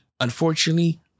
Unfortunately